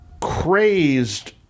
crazed